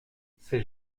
c’est